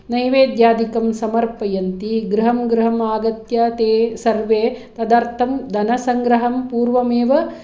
नैवेद्यादिकं समर्पयन्ती गृहं गृहम् आगत्य ते सर्वे तदर्थं दनसङ्ग्रहं पूर्वमेव